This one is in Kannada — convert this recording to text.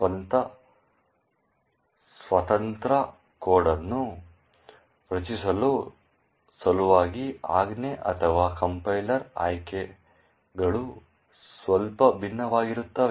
ಸ್ಥಾನ ಸ್ವತಂತ್ರ ಕೋಡ್ ಅನ್ನು ರಚಿಸುವ ಸಲುವಾಗಿ ಆಜ್ಞೆ ಅಥವಾ ಕಂಪೈಲರ್ ಆಯ್ಕೆಗಳು ಸ್ವಲ್ಪ ಭಿನ್ನವಾಗಿರುತ್ತವೆ